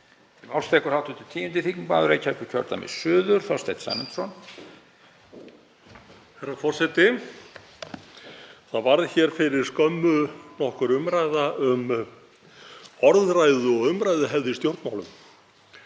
Það varð hér fyrir skömmu nokkur umræða um orðræðu- og umræðuhefð í stjórnmálum.